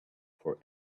for